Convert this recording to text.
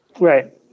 Right